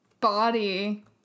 Body